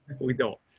we don't.